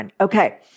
Okay